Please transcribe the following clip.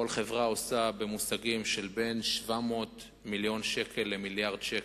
כל חברה עושה במושגים של בין 700 מיליון שקל למיליארד שקל,